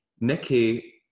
Nikki